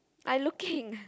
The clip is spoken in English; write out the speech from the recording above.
I looking